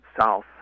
south